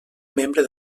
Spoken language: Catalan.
membre